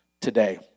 today